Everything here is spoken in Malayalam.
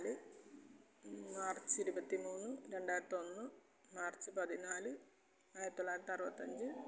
മാർച്ച് ഇരുപത്തിമൂന്ന് രണ്ടായിരത്തി ഒന്ന് മാർച്ച് പതിനാല് ആയിരത്തി തൊള്ളായിരത്തി അറുപത്തഞ്ച്